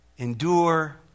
Endure